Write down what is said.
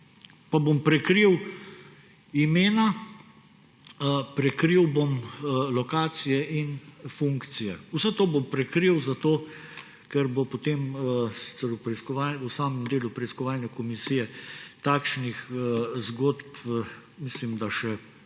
Pa bom prikril imena, prikril bom lokacije in funkcije, vse to bom prekril zato, ker bo potem v samem delu preiskovalne komisije takšnih zgodb, mislim da, še